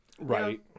Right